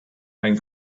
ein